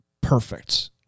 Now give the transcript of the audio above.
perfect